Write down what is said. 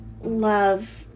Love